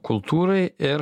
kultūrai ir